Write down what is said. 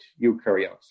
eukaryotes